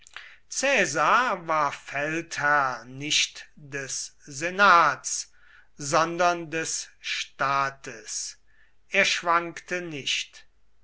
war feldherr nicht des senats sondern des staates er schwankte nicht